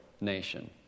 nation